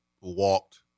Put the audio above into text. walked